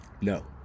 no